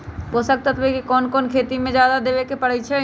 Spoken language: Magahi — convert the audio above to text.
पोषक तत्व क कौन कौन खेती म जादा देवे क परईछी?